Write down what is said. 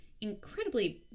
incredibly